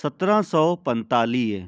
सतरहं सौ पंतालीह